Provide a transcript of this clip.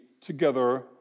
together